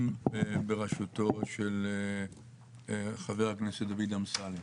בראשותו של חבר הכנסת דוד אמסלם.